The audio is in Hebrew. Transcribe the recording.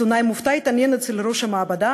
עיתונאי מופתע התעניין אצל ראש המעבדה